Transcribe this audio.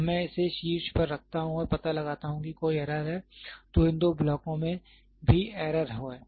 जब मैं इसे शीर्ष पर रखता हूं और पता लगाता हूं कि कोई एरर है तो इन दो ब्लॉकों में भी एरर है